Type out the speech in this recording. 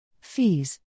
Fees